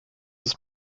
ist